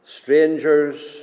Strangers